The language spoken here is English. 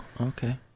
Okay